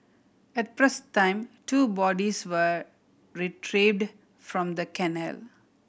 at press time two bodies were retrieved from the canal